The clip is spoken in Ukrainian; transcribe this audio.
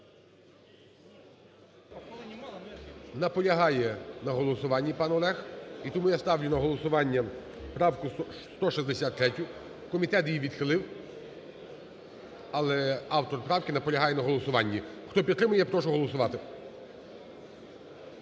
Наполягає на голосуванні пан Олег. І тому я ставлю на голосування правку 163, комітет її відхилив, але автор правки наполягає на голосуванні. Хто підтримує, я прошу голосувати.